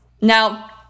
Now